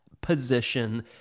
position